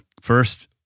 first